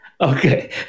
Okay